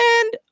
and-